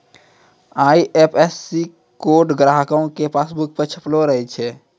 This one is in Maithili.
आई.एफ.एस.सी कोड ग्राहको के पासबुको पे छपलो रहै छै